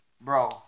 bro